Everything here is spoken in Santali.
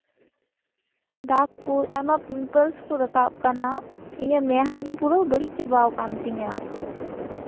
ᱫᱟᱜᱽ ᱠᱚ ᱟᱭᱢᱟ ᱯᱤᱢᱯᱮᱞᱥ ᱠᱚ ᱨᱟᱠᱟᱵ ᱠᱟᱱᱟ ᱤᱧᱟᱹᱜ ᱢᱮᱫᱦᱟ ᱜᱮ ᱯᱩᱨᱟᱹ ᱵᱟᱹᱲᱤᱡ ᱪᱟᱵᱟᱣᱟᱠᱟᱱ ᱛᱤᱧᱟᱹ